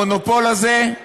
המונופול הזה,